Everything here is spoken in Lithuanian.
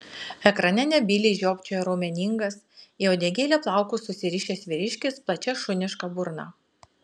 ekrane nebyliai žiopčiojo raumeningas į uodegėlę plaukus susirišęs vyriškis plačia šuniška burna